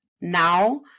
now